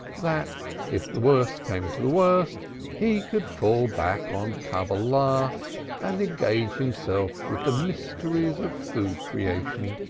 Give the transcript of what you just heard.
that if the worst came to the worst he could fall back on cabalah and engage himself with the mysteries of food-creation.